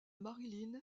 marilyn